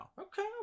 okay